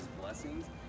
blessings